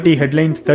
headlines